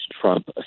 trump